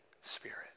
Spirit